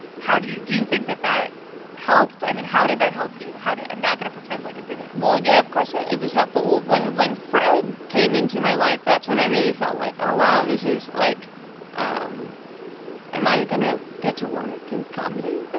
how do you do you think that that helped? i mean, how did that help you? how did i'm not going to pretend like it didn't well, yeah, of course it it was helpful. when when fred came into my life, that's when i really felt like, oh, wow. this is, like um am i going to get to work in comedy now?